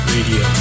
Radio